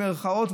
במירכאות,